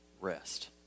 rest